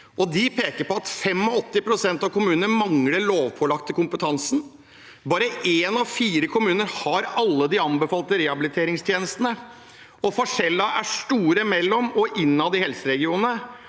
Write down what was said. de peker på at 85 pst. av kommunene mangler den lovpålagte kompetansen. Bare én av fire kommuner har alle de anbefalte rehabiliteringstjenestene, og forskjellene er store mellom og innad i helseregionene.